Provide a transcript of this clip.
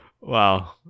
Wow